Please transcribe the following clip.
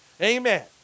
Amen